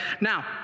Now